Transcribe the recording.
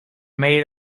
made